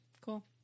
Cool